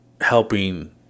helping